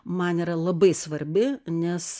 man yra labai svarbi nes